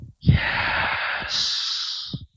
Yes